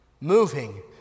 moving